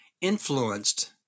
influenced